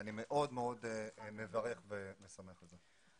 אני מאוד מאוד מברך וסומך על זה.